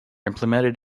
implemented